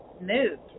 moved